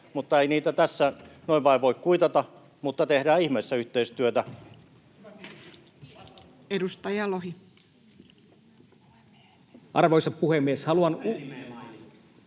Ei niitä tässä noin vain voi kuitata, mutta tehdään ihmeessä yhteistyötä. Edustaja Lohi. Arvoisa puhemies! Haluan